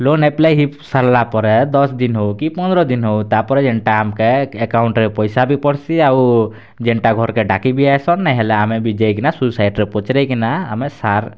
loan apply ହେଇସାରଲା ପରେ ଦଶ୍ ଦିନ୍ ହେଉ କି ପନ୍ଦର ଦିନ୍ ହେଉ ତାପରେ ଯେନ୍ତା ଆମକେ ଆକାଉଣ୍ଟ୍ରେ ପଇସା ବି ପଡ଼ସି ଆଉ ଯେନଟା ଘରକେ ଡ଼ାକି ବି ଆଇସନ୍ ନାଇଁହେଲେ ଆମେ ବି ଯାଇକିନା ସୁସାଇଡ଼୍ରେ ପଚରେଇକିନା ଆମେ ସାର୍